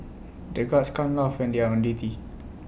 the guards can't laugh when they are on duty